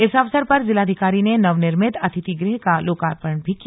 इस अवसर पर जिलाधिकारी ने नव निर्मित अतिथि गृह का लोकार्पण भी किया